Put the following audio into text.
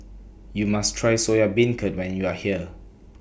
YOU must Try Soya Beancurd when YOU Are here